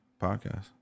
podcast